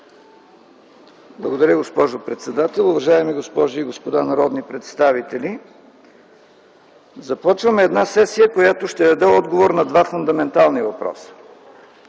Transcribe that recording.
Благодаря, госпожо председател. Уважаеми госпожи и господа народни представители! Започваме една сесия, която ще даде отговор на два фундаментални въпроса: